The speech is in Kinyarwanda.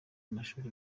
amashuri